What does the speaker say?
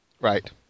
Right